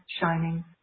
shining